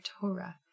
Torah